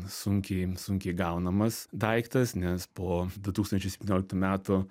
sunkiai sunkiai gaunamas daiktas nes po du tūkstančiai septynioliktų metų